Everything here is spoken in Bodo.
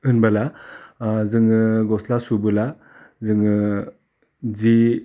होनबोला ओह जोङो गस्ला सुबोला जोङो जि